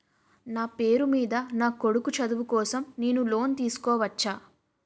నా పేరు మీద నా కొడుకు చదువు కోసం నేను లోన్ తీసుకోవచ్చా?